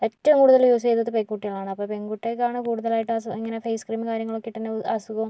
ഏറ്റവും കൂടുതൽ യൂസ് ചെയ്തത് പെൺകുട്ടികളാണ് അപ്പ പെൺകുട്ടികൾക്കാണ് കൂടുതലായിട്ടും അസു ഇങ്ങനെ ഫെയ്സ് ക്രീമ് കാര്യങ്ങളൊക്കെ ഇട്ടെന്നെ അസുഖം